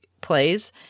plays